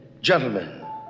gentlemen